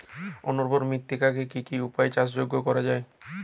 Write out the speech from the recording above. অনুর্বর মৃত্তিকাকে কি কি উপায়ে চাষযোগ্য করা যায়?